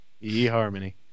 E-Harmony